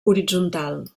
horitzontal